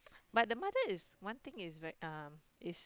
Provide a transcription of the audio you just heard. but the mother is one thing is very um is